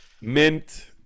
mint